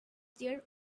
their